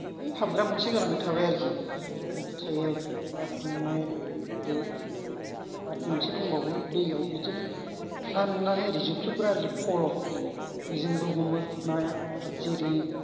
ओइ हाबग्रा मोनसे जानाबो थाबाय आरोखि बिदि थायो आरोखि आरो नोङो ओरै आरो मोनसे दंबावो दैयाव बिदिनो ना नुनानै ओरै जोख्लोबग्रा ओरै फल' बेजोंबो हमो नाया जेरै